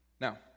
Now